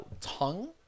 tongue